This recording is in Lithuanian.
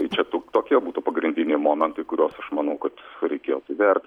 tai čia tok tokie būtų pagrindiniai momentai kuriuos aš manau kad reikėtų įvertint